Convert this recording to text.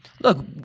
look